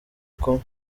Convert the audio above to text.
kumwe